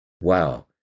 Wow